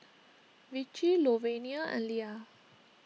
Vicy Louvenia and Lia